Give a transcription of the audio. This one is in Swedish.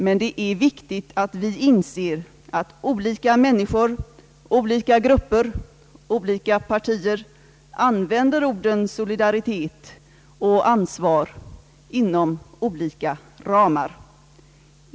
Men det är viktigt att vi inser att olika människor, olika grupper och olika partier använder orden solidaritet och ansvar inom olika ramar.